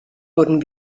wurden